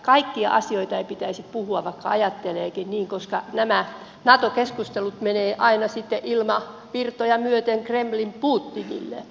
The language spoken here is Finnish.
kaikista asioista ei pitäisi puhua vaikka mitä ajattelisikin koska nämä nato keskustelut menevät aina sitten ilmavirtoja myöten kremlin putinille